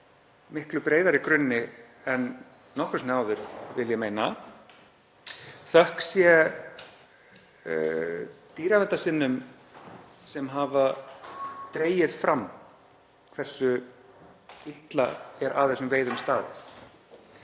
miklu breiðari grunni en nokkru sinni áður, vil ég meina, þökk sé dýraverndunarsinnum sem hafa dregið fram hversu illa er að þessum veiðum staðið.